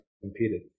competed